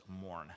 mourn